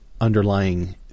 underlying